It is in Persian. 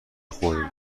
خوردیم